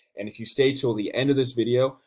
and if you stay til the end of this video,